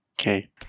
Okay